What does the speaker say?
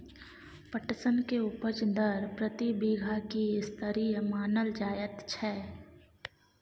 पटसन के उपज दर प्रति बीघा की स्तरीय मानल जायत छै?